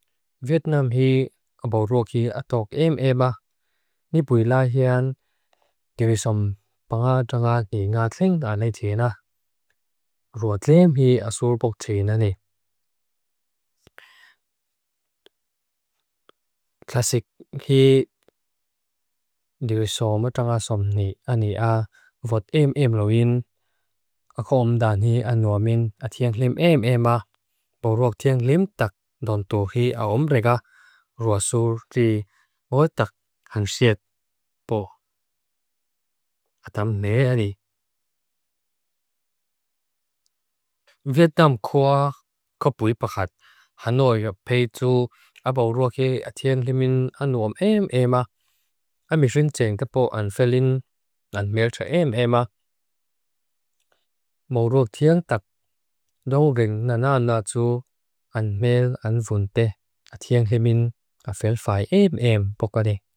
Vietnam hì, bò ròk hì, a tòak eem eem a. Nì bùi laa hian, diri som panga dranga nì ngaa tling daanay tìn a. Rùa tlìm hì, a sùr bòk tìn a nì. Klasik hì, diri som dranga som nì a nì a vòt eem eem loin. A kho om daan hì a nua min a tìang lìm eem eem a. Bò ròk tìang lìm ttak non tù hì a om regga. Rùa sùr tì, bò ttak hang siet bò. A dam nè a nì. Vietnam khoa khob bùi pahat. Hanoi pey tsu, a bò ròk hì, a tìang hì min a nuom eem eem a. A mi xin tseng kapo an felin, an mèl tra eem eem a. Bò ròk tìang ttak non rìng na na na tsu, an mèl an vùn te. A tìang hì min a fel fai eem eem bòkade.